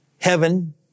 Heaven